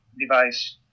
device